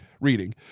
reading